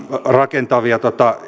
rakentavia